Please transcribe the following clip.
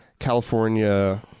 california